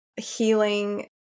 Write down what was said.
healing